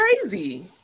crazy